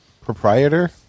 proprietor